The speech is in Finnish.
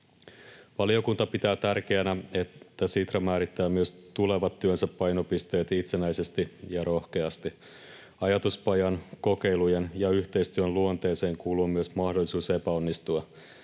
Valiokunta pitää tärkeänä, että Sitra määrittää myös tulevat työnsä painopisteet itsenäisesti ja rohkeasti. Ajatuspajan, kokeilujen ja yhteistyön luonteeseen kuuluu myös mahdollisuus epäonnistua.